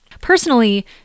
personally